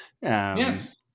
Yes